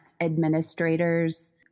administrators